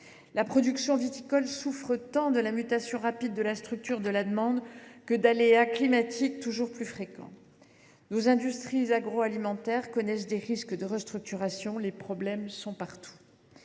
La production viticole souffre tant de la mutation rapide de la structure de la demande que d’aléas climatiques toujours plus fréquents. Nos industries agroalimentaires connaissent des risques de restructuration. Les problèmes sont partout.